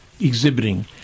exhibiting